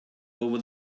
over